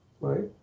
right